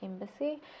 Embassy